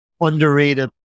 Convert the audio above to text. underrated